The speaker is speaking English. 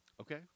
Okay